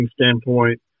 standpoint